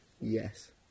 Yes